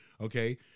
okay